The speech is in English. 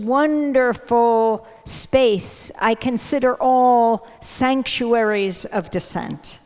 wonderful space i consider all sanctuaries of dissent